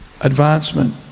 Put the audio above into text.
advancement